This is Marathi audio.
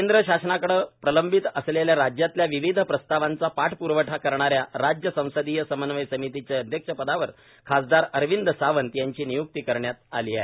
केंद्र शासनाकडे प्रलंबित असलेल्या राज्यातल्या विविध प्रस्तावांचा पाठप्रावा करणाऱ्या राज्य संसदीय समन्वय समितीच्या अध्यक्ष पदावर खासदार अरविंद सावंत यांची निय्क्ती करण्यात आली आहे